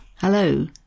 Hello